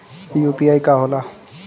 UPI का होला?